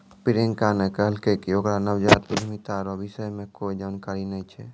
प्रियंका ने कहलकै कि ओकरा नवजात उद्यमिता रो विषय मे कोए जानकारी नै छै